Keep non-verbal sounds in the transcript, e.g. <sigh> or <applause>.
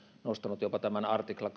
nostanut esiin jopa artikla <unintelligible>